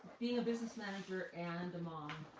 being a business manager and a mom,